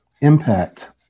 impact